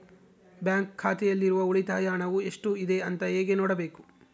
Bank ಖಾತೆಯಲ್ಲಿರುವ ಉಳಿತಾಯ ಹಣವು ಎಷ್ಟುಇದೆ ಅಂತ ಹೇಗೆ ನೋಡಬೇಕು?